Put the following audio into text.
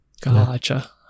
Gotcha